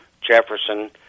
Jefferson